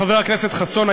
חבר הכנסת חסון,